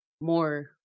more